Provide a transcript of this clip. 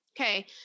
Okay